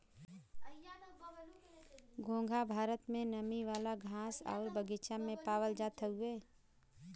घोंघा भारत में नमी वाला घास आउर बगीचा में पावल जात हउवे